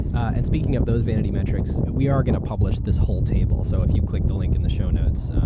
and speaking of those vanity metrics, we are going to publish this whole table. so if you click the link in the show notes,